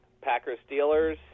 Packers-Steelers